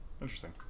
interesting